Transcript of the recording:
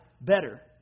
better